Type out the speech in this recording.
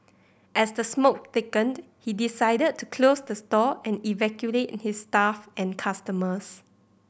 as the smoke thickened he decided to close the store and evacuate his staff and customers